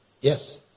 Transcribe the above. Yes